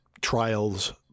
trials